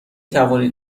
توانید